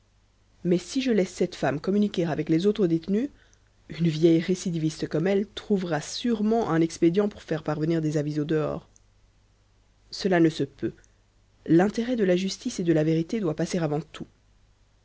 mais si je laisse cette femme communiquer avec les autres détenues une vieille récidiviste comme elle trouvera sûrement un expédient pour faire parvenir des avis au dehors cela ne se peut l'intérêt de la justice et de la vérité doit passer avant tout